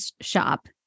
shop